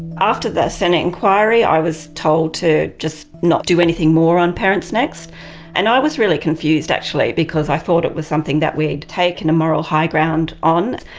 after the senate inquiry i was told to just not do anything more on parentsnext. and i was really confused actually because i thought it was something that we had taken a moral high ground on.